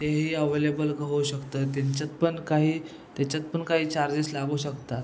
तेही अव्हेलेबल होऊ शकतात त्यांच्यात पण काही त्याच्यात पण काही चार्जेस लागू शकतात